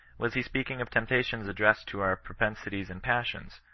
was he speaking of temptations addressed to our propensities and passions,